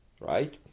right